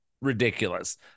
ridiculous